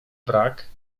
brak